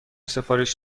سفارش